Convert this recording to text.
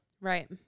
Right